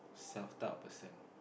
self doubt a person